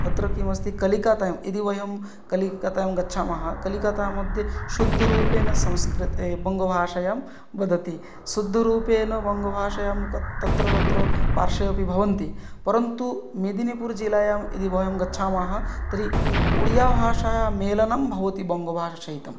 तत्र किमस्ति कलिकत्तां यदि वयं कलिकतां गच्छामः कलिकता मध्ये शुद्धरूपेण संस्कृते बङ्गभाषया वदति शुद्धरूपेण बङ्गभाषयां तत्र तत्र पार्श्वेपि भवन्ति परन्तु मेदिनिपुर् जिलायां यदि वयं गच्छामः तर्हि ओडिया भाषायाः मेलनं भवति बङ्गभाषा सहितम्